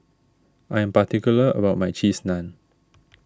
I am particular about my Cheese Naan